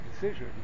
decision